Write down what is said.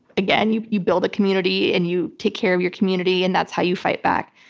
again, you you build a community and you take care of your community. and that's how you fight back.